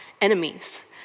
enemies